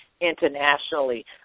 internationally